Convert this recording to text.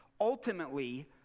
ultimately